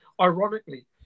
ironically